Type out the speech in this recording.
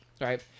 Right